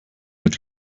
mit